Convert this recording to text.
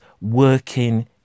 working